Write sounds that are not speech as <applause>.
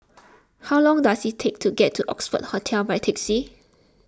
<noise> how long does it take to get to Oxford Hotel by taxi